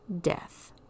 death